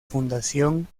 fundación